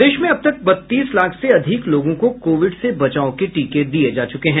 प्रदेश में अब तक बत्तीस लाख से अधिक लोगों को कोविड से बचाव के टीके दिये जा चुके हैं